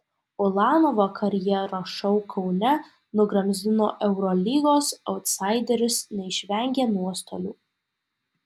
ulanovo karjeros šou kaune nugramzdino eurolygos autsaiderius neišvengė nuostolių